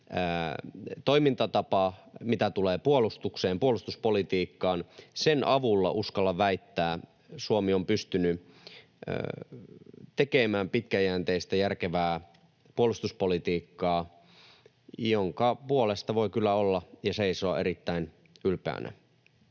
toimintatapa, mitä tulee puolustukseen ja puolustuspolitiikkaan, Suomi on, uskallan väittää, pystynyt tekemään pitkäjänteistä, järkevää puolustuspolitiikkaa, jonka puolesta voi kyllä olla ja seisoa erittäin ylpeänä.